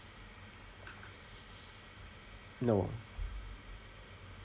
no